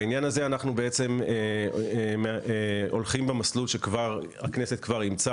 בעניין הזה אנחנו בעצם הולכים במסלול שהכנסת כבר אימצה